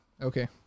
okay